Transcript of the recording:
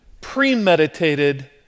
premeditated